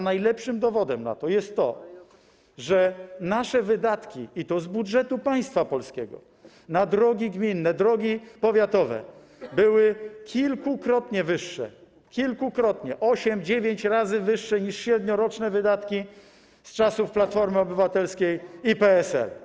Najlepszym dowodem na to jest to, że nasze wydatki, i to z budżetu państwa polskiego, na drogi gminne, drogi powiatowe były kilkukrotnie, osiem, dziewięć razy wyższe niż średnioroczne wydatki z czasów Platformy Obywatelskiej i PSL.